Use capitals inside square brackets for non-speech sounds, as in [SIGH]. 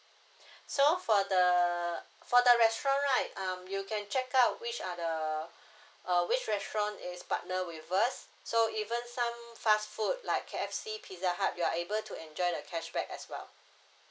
[BREATH] so for the for the restaurant right um you can check out which are the [BREATH] uh which restaurant is partner with us so even some fast food like K_F_C pizzahut you are able to enjoy the cashback as well